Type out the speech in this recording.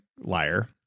liar